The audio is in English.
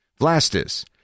Vlastis